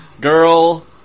Girl